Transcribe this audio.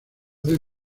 del